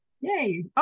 Yay